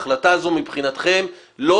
החלטה זו מבחינתכם תאושר ותקוים כדין?